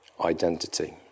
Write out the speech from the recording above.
identity